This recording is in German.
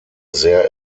sehr